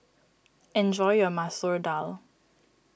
enjoy your Masoor Dal